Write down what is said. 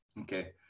Okay